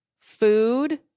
food